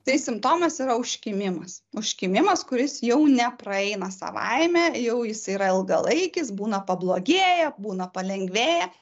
tai simptomas yra užkimimas užkimimas kuris jau nepraeina savaime jau jis yra ilgalaikis būna pablogėja būna palengvėja